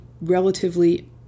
relatively